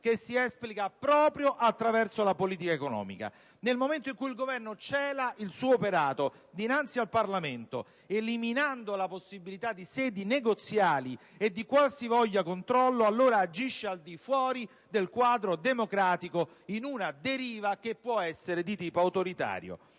che si esplica proprio attraverso la politica economica. Nel momento in cui il Governo cela il suo operato al Parlamento, eliminando la possibilità di sedi negoziali e di qualsivoglia controllo, allora agisce al di fuori del quadro democratico in una deriva, che può essere - appunto - di tipo autoritario.